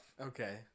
Okay